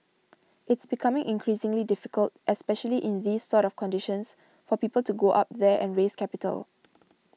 it's becoming increasingly difficult especially in these sort of conditions for people to go up there and raise capital